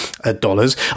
dollars